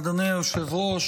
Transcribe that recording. אדוני היושב-ראש,